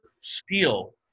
steel